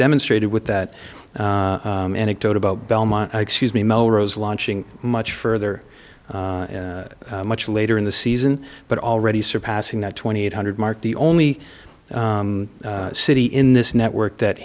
demonstrated with that anecdote about belmont excuse me melrose launching much further much later in the season but already surpassing that twenty eight hundred mark the only city in this network that